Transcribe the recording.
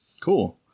Cool